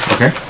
Okay